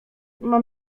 mam